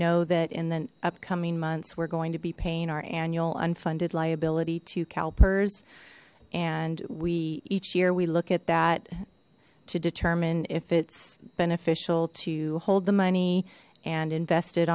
know that in the upcoming months we're going to be paying our annual unfunded liability to calpers and we each year we look at that to determine if it's beneficial to hold the money and invest it